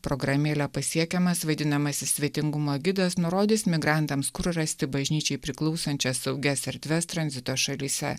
programėlę pasiekiamas vadinamasis svetingumo gidas nurodys migrantams kur rasti bažnyčiai priklausančias saugias erdves tranzito šalyse